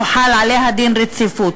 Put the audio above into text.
הוחל עליה דין רציפות.